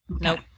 Nope